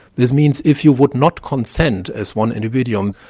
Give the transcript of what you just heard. this means if you would not consent as one individual, um